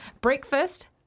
Breakfast